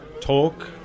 talk